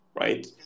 right